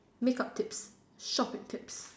make up tips shopping tips